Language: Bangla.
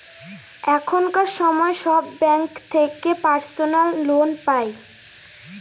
এখনকার সময় সব ব্যাঙ্ক থেকে পার্সোনাল লোন পাই